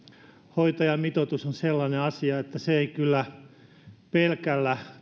hoitajamitoitus on sellainen asia että se ei kyllä tällä pelkällä